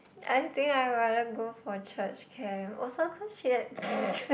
I think I rather go for church camp also cause she had